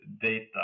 data